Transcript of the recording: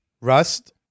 Rust